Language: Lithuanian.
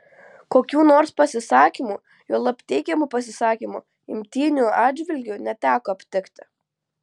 kokių nors pasisakymų juolab teigiamų pasisakymų imtynių atžvilgiu neteko aptikti